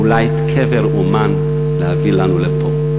אולי את הקבר באומן להביא לנו לפה.